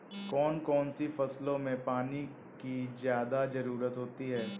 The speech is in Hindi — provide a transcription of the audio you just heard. कौन कौन सी फसलों में पानी की ज्यादा ज़रुरत होती है?